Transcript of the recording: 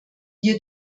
wir